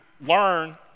learn